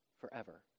forever